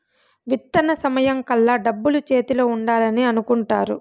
విత్తన సమయం కల్లా డబ్బులు చేతిలో ఉండాలని అనుకుంటారు